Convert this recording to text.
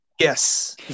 Yes